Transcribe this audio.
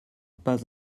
pas